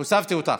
הוספתי אותך,